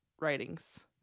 Writings